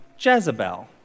Jezebel